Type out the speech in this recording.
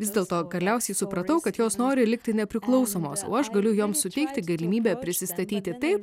vis dėlto galiausiai supratau kad jos nori likti nepriklausomos o aš galiu joms suteikti galimybę prisistatyti taip